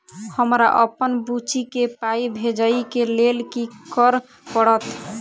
हमरा अप्पन बुची केँ पाई भेजइ केँ लेल की करऽ पड़त?